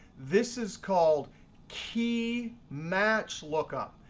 this is called key match lookup.